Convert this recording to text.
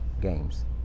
games